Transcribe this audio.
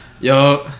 Yo